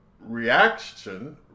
reaction